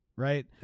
Right